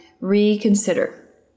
reconsider